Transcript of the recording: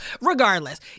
Regardless